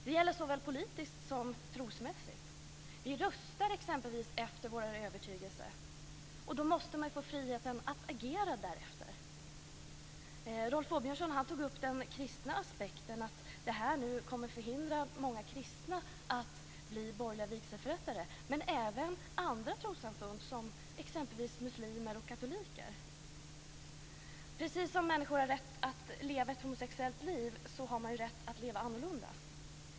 Det gäller såväl politiskt som trosmässigt. Vi röstar t.ex. efter vår övertygelse, och då måste man ha frihet att agera därefter. Rolf Åbjörnsson tog upp den kristna aspekten, att detta kommer att hindra många kristna att bli borgerliga vigselförrättare. Men det gäller även andra trossamfund som exempelvis muslimer och katoliker. Precis som människor har rätt att leva ett homosexuellt liv har man rätt att leva annorlunda.